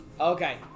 Okay